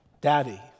Daddy